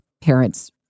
parents